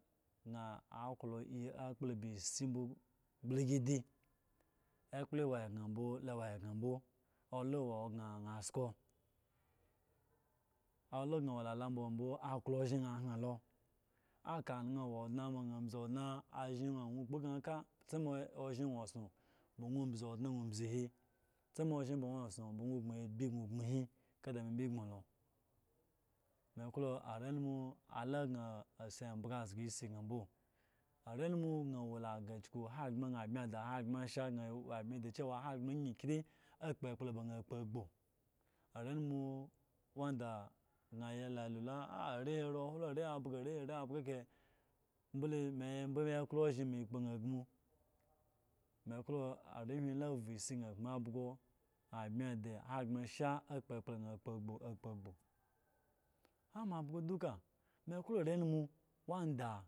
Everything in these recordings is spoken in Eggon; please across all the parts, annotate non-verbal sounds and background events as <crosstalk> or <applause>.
<unintelligible> akpolo ba esi mbo glikidi ekpolo ewwo eyan mbo wo egan mbo olo ewo gan na sho ola san awo do ma mbo aklo oshin gan hen lo aka ana ambzo odne ashin na ka nwo kpo obzo odne gno ombzo he tzame oshin gno dzo gno obgno agbi gno obgno he kala me mbo ebyno lo me ekko are numu la asi ebya azga esi gan mbo arenumu san awo aya kyuku ahogbre sha sa abmi ci hogbre ayin kyeri agbo ekpolo yan gbogbo are numa wanda sa la ya lo are he ariwu are he absan are he agba ekahe bole me yaye klo oshin me kpo na asmu me wo arenum la vu esi san akambyo abmi di hogvre sha akpo expo are numu wanda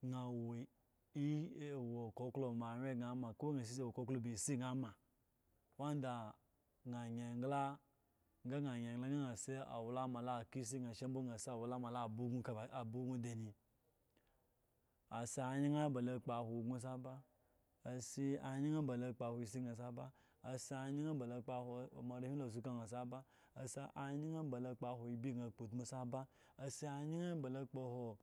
san awo koklo moatye san ma kokoma okoklo ba esi san ma wanda sa ayin egla ga san ayin egla ya san si walama lo aba wno duk aba ugno dani asi anyin akpowo ugno asaba anyin aba kpowo si yan saba sa anyin ba la akpowo ma la awo skusku asaba asi anyin ba la kpowe ehi utmu sani asaba aji anyin ba lo aikpowo